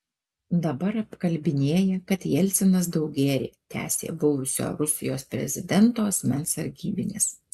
dabar apkalbinėja kad jelcinas daug gėrė tęsė buvusio rusijos prezidento asmens sargybinis